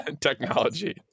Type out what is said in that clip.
technology